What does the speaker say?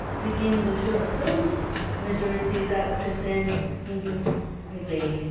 ꯁꯤꯛꯀꯤꯝꯗꯁꯨ ꯑꯗꯨꯝ ꯃꯦꯖꯣꯔꯤꯇꯤꯗ ꯈ꯭ꯔꯤꯁꯇꯦꯟ ꯍꯤꯟꯗꯨ ꯈꯣꯏ ꯂꯩꯌꯦ